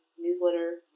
newsletter